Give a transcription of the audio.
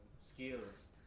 skills